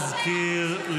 ואפשר להחליף יועמ"שית,